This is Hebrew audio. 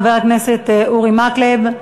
חבר הכנסת אורי מקלב.